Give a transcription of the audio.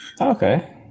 Okay